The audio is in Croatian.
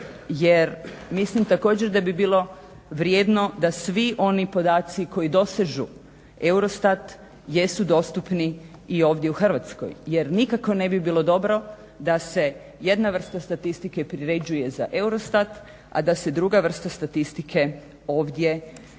jer mislim također da bi bilo vrijedno da svi oni podaci koji dosežu EUROSTAT jesu dostupni ovdje u Hrvatskoj jer nikako ne bi bilo dobro da se jedna vrsta statistike priređuje za EUROSTAT a da se druga vrsta statistike ovdje prezentira